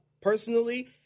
personally